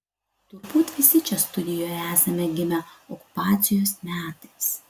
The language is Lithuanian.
turbūt visi čia studijoje esame gimę okupacijos metais